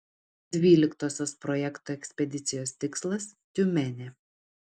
dvyliktosios projekto ekspedicijos tikslas tiumenė